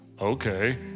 okay